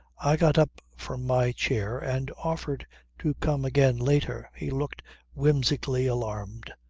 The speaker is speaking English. i got up from my chair and offered to come again later. he looked whimsically alarmed.